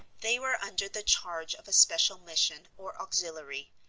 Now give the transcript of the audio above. they were under the charge of a special mission or auxiliary,